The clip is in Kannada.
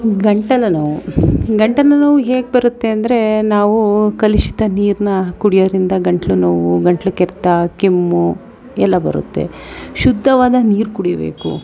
ಗಂಟಲು ನೋವು ಗಂಟಲು ನೋವು ಹೇಗೆ ಬರುತ್ತೆ ಅಂದರೆ ನಾವು ಕಲುಷಿತ ನೀರನ್ನ ಕುಡಿಯೋದ್ರಿಂದ ಗಂಟ್ಲು ನೋವು ಗಂಟ್ಲು ಕೆರೆತ ಕೆಮ್ಮು ಎಲ್ಲ ಬರುತ್ತೆ ಶುದ್ಧವಾದ ನೀರು ಕುಡಿಬೇಕು